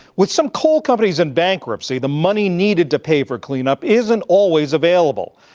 with some coal companies in bankruptcy, the money needed to pay for clean-up isn't always available.